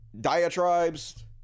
diatribes